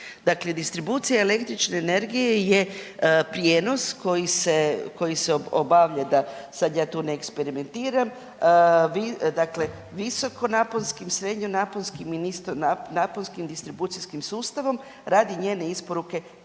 distribucija električne energije je prijenos koji se, koji se obavlja da sad ja tu ne eksperimentiram, vi dakle visokonaponskim, srednje naponskim i niskonaponskim distribucijskim sustavom radi njene isporuke kupcima i